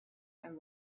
and